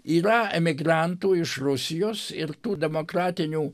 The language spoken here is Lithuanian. yra emigrantų iš rusijos ir tų demokratinių